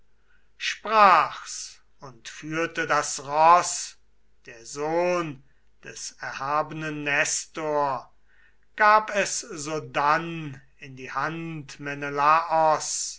sprach's und führte das roß der sohn des erhabenen nestor gab es sodann in die hand menelaos